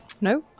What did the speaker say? No